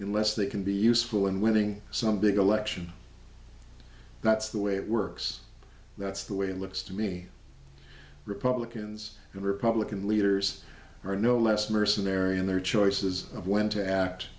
unless they can be useful in winning some big election that's the way it works that's the way it looks to me republicans and republican leaders are no less mercenary in their choices of when to act